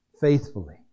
faithfully